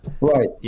Right